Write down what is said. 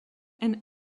and